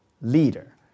leader